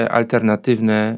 alternatywne